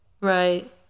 Right